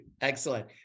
Excellent